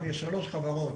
יש שלוש חברות: